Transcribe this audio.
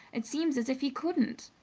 it seems as if he couldn't.